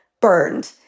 burned